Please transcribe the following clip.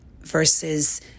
versus